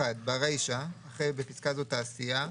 - (1)ברישא, אחרי "(בפסקה זו, תעשייה)"